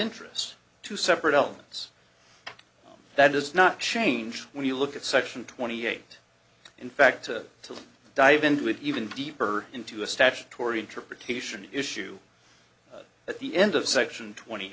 interest to separate elements that does not change when you look at section twenty eight in fact to dive into even deeper into a statutory interpretation issue at the end of section twenty